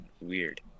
weird